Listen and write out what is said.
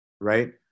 right